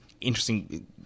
interesting